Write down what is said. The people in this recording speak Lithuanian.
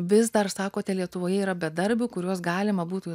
vis dar sakote lietuvoje yra bedarbių kuriuos galima būtų